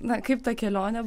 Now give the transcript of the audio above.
na kaip ta kelionė